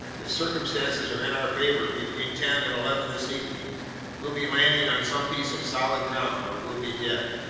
if circumstances are in our favor, between ten and eleven this evening we'll be landing on some piece of solid ground, or we'll be dead.